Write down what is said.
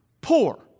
poor